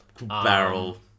Barrel